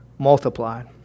Multiplied